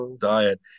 diet